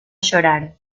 llorar